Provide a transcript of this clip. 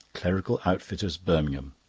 clerical outfitters, birmingham.